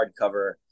hardcover